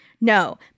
No